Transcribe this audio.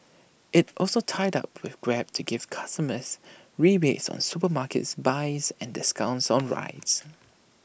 IT also tied up with grab to give customers rebates on supermarkets buys and discounts on rides